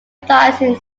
advertising